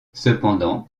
cependant